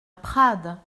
prades